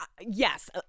yes